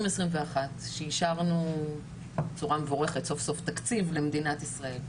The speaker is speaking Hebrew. ואנחנו רוצים לעשות פיילוט לעשרה משרדים.